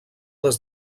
des